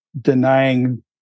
denying